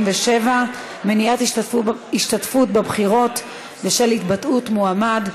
47) (מניעת השתתפות בבחירות בשל התבטאות מועמד),